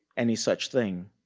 any such thing.